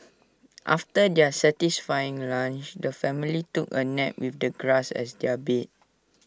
after their satisfying lunch the family took A nap with the grass as their bed